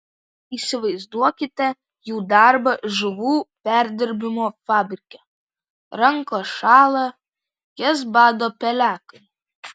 įsivaizduokite jų darbą žuvų perdirbimo fabrike rankos šąla jas bado pelekai